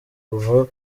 kuva